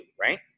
Right